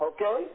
Okay